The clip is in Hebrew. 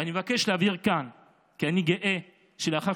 ואני מבקש להבהיר כאן כי אני גאה שלאחר